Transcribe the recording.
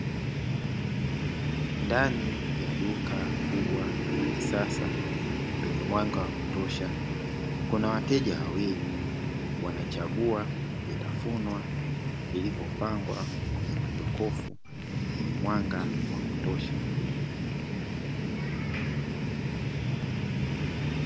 Ndani ya duka kubwa na lakisasa lenye mwanya wa kutosha, kuna wateja wawili wanachagua vitafunwa vilivyopangwa kwenye majokofu yenye mwanga wa kutosha.